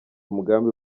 umugambi